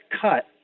cut